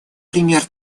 пример